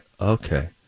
Okay